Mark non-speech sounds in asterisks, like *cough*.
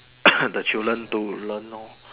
*coughs* the children to learn loh